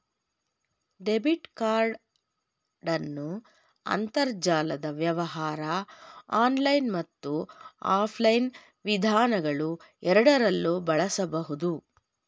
debit ಕಾರ್ಡನ್ನು ಅಂತರ್ಜಾಲದ ವ್ಯವಹಾರ ಆನ್ಲೈನ್ ಮತ್ತು ಆಫ್ಲೈನ್ ವಿಧಾನಗಳುಎರಡರಲ್ಲೂ ಬಳಸಬಹುದು